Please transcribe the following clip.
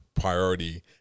priority